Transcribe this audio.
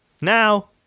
Now